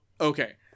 Okay